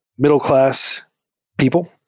middle-class people,